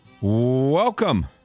Welcome